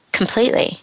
Completely